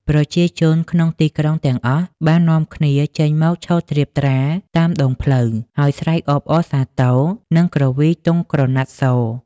ប្រជាជនក្នុងទីក្រុងទាំងអស់បាននាំគ្នាចេញមកឈរត្រៀបត្រាតាមដងផ្លូវ ហើយស្រែកអបអរសាទរ និងគ្រវីទង់ក្រណាត់ស